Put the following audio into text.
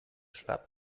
schlapp